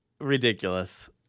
ridiculous